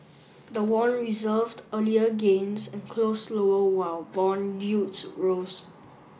the won reversed earlier gains and closed lower while bond yields rose